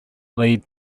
lead